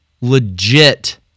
legit